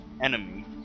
enemy